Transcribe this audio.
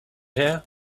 here